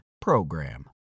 PROGRAM